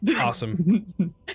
awesome